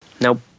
Nope